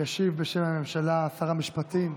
ישיב בשם הממשלה שר המשפטים.